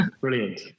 Brilliant